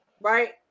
Right